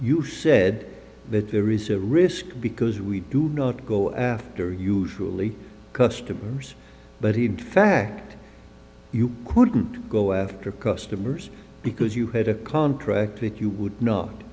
you said that there is a risk because we do not go after usually customers but he'd fact you wouldn't go after customers because you had a contract that you would not